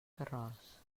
carròs